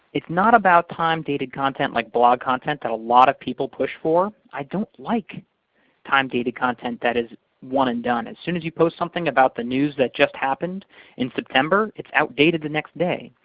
it's not about time-dated content like blog content that a lot of people push for. i don't like time dated content that is one-and-done. as soon as you post something about the news that just happened in september, it's outdated the next day.